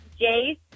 Jace